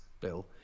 bill